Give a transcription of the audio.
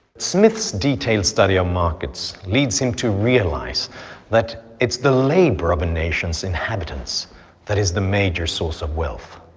smith's detailed study of markets leads him to realize that it's the labor of a nation's inhabitants that is the major source of wealth.